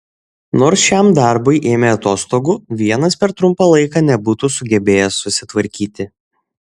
nors šiam darbui ėmė atostogų vienas per trumpą laiką nebūtų sugebėjęs susitvarkyti